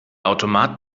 automat